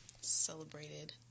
celebrated